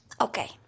Okay